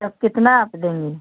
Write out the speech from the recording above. तब कितना आप देंगी